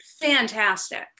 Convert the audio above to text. fantastic